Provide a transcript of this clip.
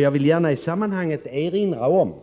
Jag vill erinra om